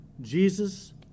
Jesus